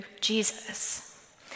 Jesus